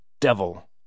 Devil